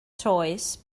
toes